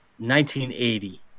1980